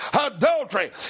adultery